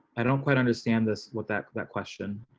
i don't quite understand this. what that that question.